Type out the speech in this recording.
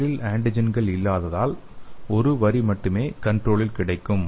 தண்ணீரில் ஆன்டிஜென்கள் இல்லாததால் ஒரு வரி மட்டுமே கன்ட்ரோலில் கிடைக்கும்